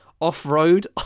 Off-road